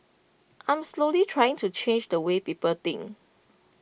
I'm slowly trying to change the way people think